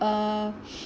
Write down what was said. uh